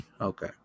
Okay